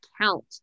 count